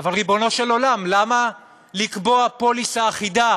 אבל ריבונו של עולם, למה לקבוע פוליסה אחידה